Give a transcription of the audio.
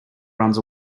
runs